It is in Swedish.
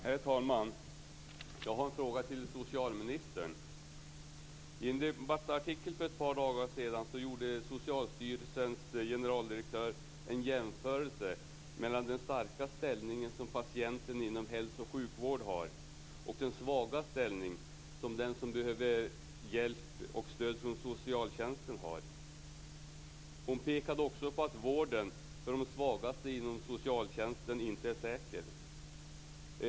Herr talman! Jag har en fråga till socialministern. I en debattartikel för några dagar sedan gjorde Socialstyrelsens generaldirektör en jämförelse mellan den starka ställning som patienten har inom hälsooch sjukvården och den svaga ställning som den som behöver hjälp och stöd från socialtjänsten har. Hon pekade också på att vården för de svagaste inom socialtjänsten inte är säker.